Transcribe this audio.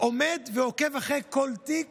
עומד ועוקב אחרי כל תיק